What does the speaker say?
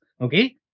okay